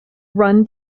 run